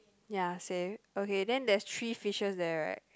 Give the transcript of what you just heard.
ya same okay then there's three fishers there right